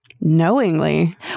knowingly